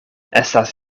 estas